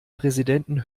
präsidenten